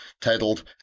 titled